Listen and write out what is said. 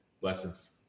Blessings